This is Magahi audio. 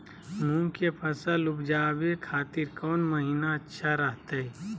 मूंग के फसल उवजावे खातिर कौन महीना अच्छा रहतय?